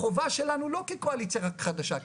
החובה שלנו לא כקואליציה חדשה,